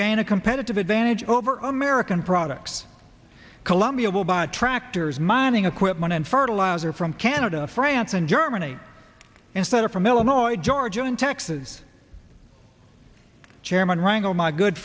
gain a competitive advantage over american products colombia will bought tractors mining equipment and fertilizer from canada france and germany instead of from illinois georgia and texas chairman rangle my good